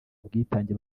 ubwitange